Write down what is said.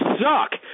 suck